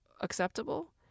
acceptable